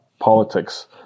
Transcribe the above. politics